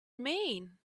mean